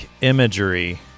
imagery